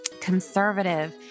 conservative